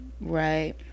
Right